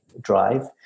drive